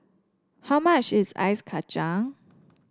how much is Ice Kacang